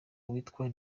witwa